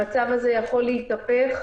המצב הזה יכול להתהפך